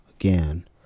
again